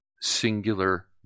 singular